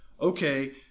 okay